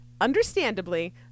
understandably